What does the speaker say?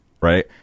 right